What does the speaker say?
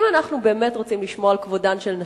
אם אנחנו באמת רוצים לשמור על כבודן של נשים,